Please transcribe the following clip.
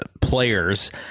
players